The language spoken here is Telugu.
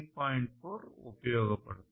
4 ఉపయోగపడుతుంది